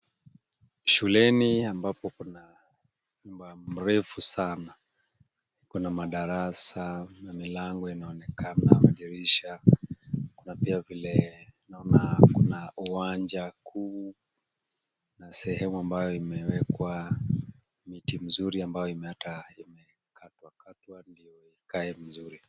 Shuleni ambapo kuna nyumba mrefu sana. Kuna madarasa na milango inaonekana na madirisha. Kuna pia vile naona kuna uwanja kuu na sehemu ambayo imewekwa miti mzuri ambayo hata imekatwa katwa ndio ikae mzuri.